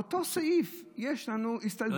באותו הסעיף יש לנו הסתייגויות,